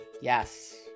Yes